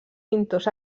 pintors